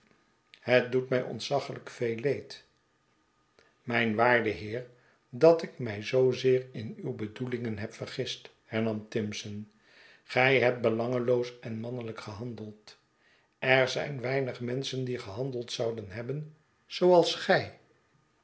het doet mij ontzaglijk veel leed mijn waarde heer dat ik mij zoo zeer in uw bedoelingen heb vergist hernam timson gij hebt belangeloos en mannelijk gehandeld er zijn weinig menschen die gehandeld zouden hebben zooals gij